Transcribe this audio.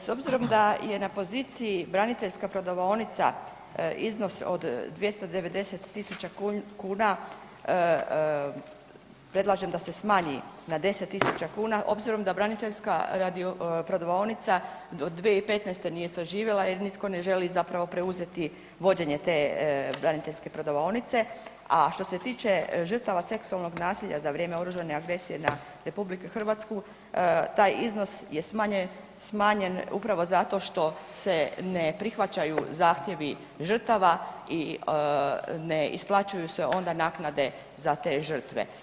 S obzirom da je na poziciji braniteljska prodavaonica iznos od 290 tisuća kuna, predlažem da se smanji na 10 tisuća kuna obzirom da braniteljska prodavaonica od 2015. nije zaživjela jer nitko ne želi zapravo preuzeti vođenje te braniteljske prodavaonice, a što se tiče žrtava seksualnog nasilja za vrijeme oružane agresije na RH, taj iznos je smanjen upravo zato što se ne prihvaćaju zahtjevi žrtava i ne isplaćuju se onda naknade za te žrtve.